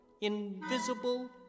Invisible